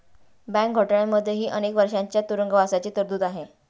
bank घोटाळ्यांमध्येही अनेक वर्षांच्या तुरुंगवासाची तरतूद आहे